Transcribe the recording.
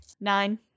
Nine